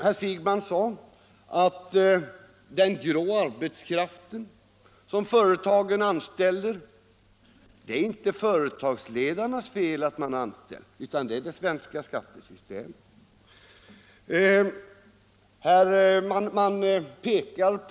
Herr Siegbahn påstod att anställandet av grå arbetskraft inte är företagsledningens fel utan beror på det svenska skattesystemet.